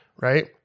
right